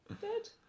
good